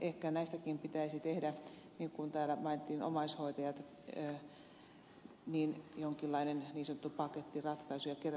ehkä näistäkin pitäisi tehdä niin kuin täällä mainittiin omaishoitajat jonkinlainen niin sanottu pakettiratkaisu ja kerätä näitä yhteen